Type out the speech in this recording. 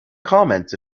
comments